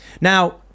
Now